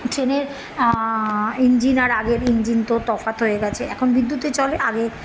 ট্রেনের ইঞ্জিন আর আগের ইঞ্জিন তো তফাৎ হয়ে গিয়েছে এখন বিদ্যুতে চলে আগে